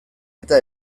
eta